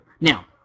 Now